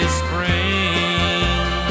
spring